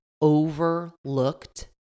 overlooked